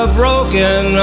broken